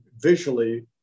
visually